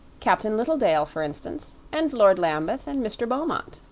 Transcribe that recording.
captain littledale, for instance. and lord lambeth and mr. beaumont,